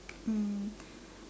mm